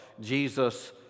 Jesus